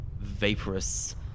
vaporous